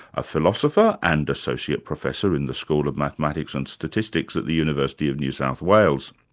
a philosopher and associate professor in the school of mathematics and statistics at the university of new south wales.